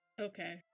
Okay